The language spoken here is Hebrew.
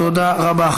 תודה רבה.